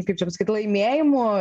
kaip čia pasakyt laimėjimu